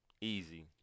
easy